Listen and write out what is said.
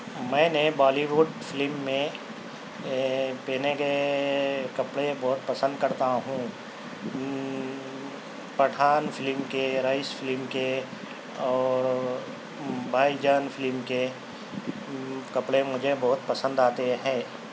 میں نے Bollywood film میں پینے گئے کپڑے بہت پسند کرتا ہوں پٹھان فلم کے رئیس فلم کے اور بھائی جان فلم کے کپڑے مجھے بہت پسند آتے ہیں